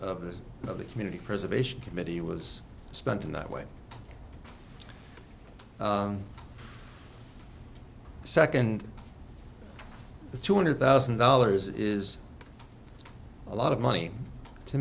of the community preservation committee was spent in that way second the two hundred thousand dollars is a lot of money to